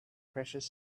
precious